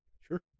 Sure